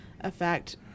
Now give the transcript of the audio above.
effect